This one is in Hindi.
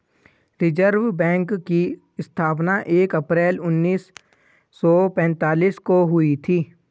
रिज़र्व बैक की स्थापना एक अप्रैल उन्नीस सौ पेंतीस को हुई थी